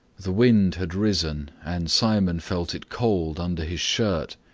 the wind had risen and simon felt it cold under his shirt.